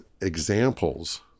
examples